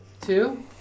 Two